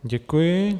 Děkuji.